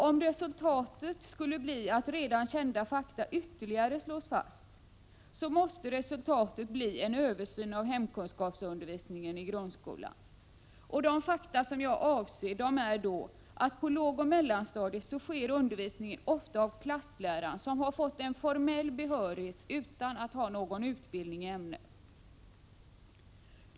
Om resultatet blir att redan kända fakta ytterligare slås fast, måste följden bli en översyn av hemkunskapsundervisningen i grundskolan. De fakta jag avser är att undervisningen på lågoch mellanstadiet ofta hålls av klassläraren som har fått en formell behörighet utan att ha utbildning i ämnet.